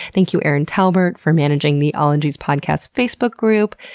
thank you, erin talbert, for managing the ologies podcast facebook group.